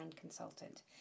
consultant